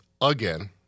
again